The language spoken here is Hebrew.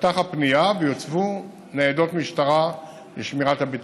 תיפתח הפנייה ויוצבו ניידות משטרה לשמירת הבטיחות.